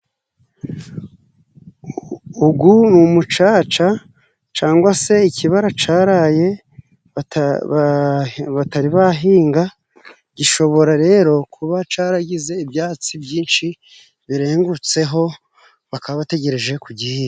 Ugu ni umucaca cangwa se ikibara caraye batari bahinga, gishobora rero kuba caragize ibyatsi byinshi birengutseho, bakaba bategereje kugihinga.